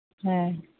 ᱦᱮᱸ